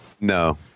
No